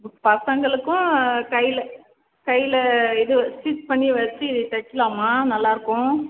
பசங்களுக்கும் கையில் கையில் இது ஸ்டிச் பண்ணி வச்சி தைக்கிலாமா நல்லாயிருக்கும்